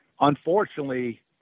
Unfortunately